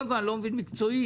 אבל --- אם יהיה פרמדיק,